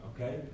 Okay